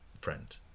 friend